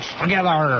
together